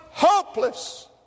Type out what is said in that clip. hopeless